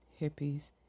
hippies